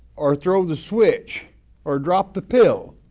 or throw the switch or drop the pill,